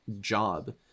job